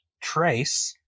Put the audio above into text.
trace